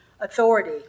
authority